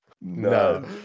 no